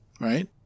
right